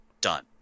done